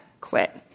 quit